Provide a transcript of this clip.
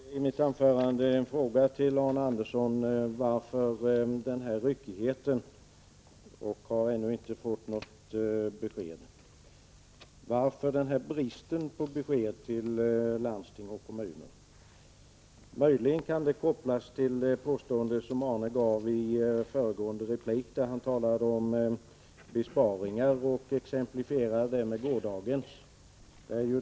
Herr talman! Jag ställde i mitt anförande en fråga till Arne Andersson i Gamleby: Varför den här ryckigheten? Jag har ännu inte fått något besked. Varför den här bristen på besked till landsting och kommuner? Möjligen kan det kopplas till det påstående som Arne Andersson gjorde i föregående replik, där han talade om besparingar och exemplifierade dem med gårdagens förslag.